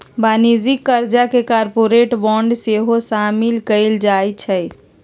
वाणिज्यिक करजा में कॉरपोरेट बॉन्ड सेहो सामिल कएल जाइ छइ